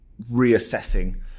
reassessing